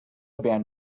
band